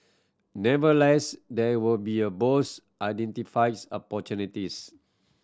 never less there were be a Bose identifies opportunities